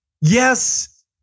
Yes